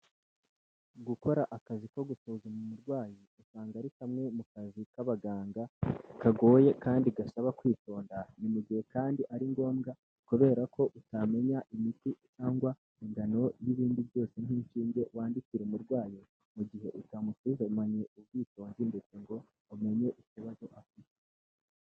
Gukora akazi ko gusuzama umurwayi usanga ari kamwe mu kazi k'abaganga, kagoye kandi gasaba kwitonda, ni mu gihe kandi ari ngombwa kubera ko utamenya imiti cyangwa ingano, n'ibindi byose nk'inshinge wandikira umurwayi, mu gihe utamusuzumanye ubwitonzi ndetse ngo umenye ikibazo afite.